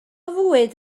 fwyd